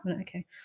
Okay